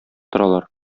торалар